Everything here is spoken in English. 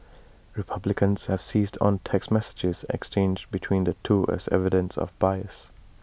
republicans have seized on text messages exchanged between the two as evidence of bias